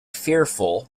fearful